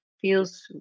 feels